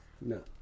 no